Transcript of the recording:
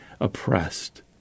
oppressed